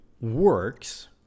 works